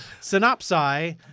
Synopsis